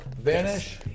vanish